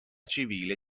civile